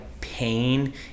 pain